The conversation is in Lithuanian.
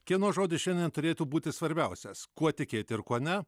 kieno žodis šiandien turėtų būti svarbiausias kuo tikėti ir kuo ne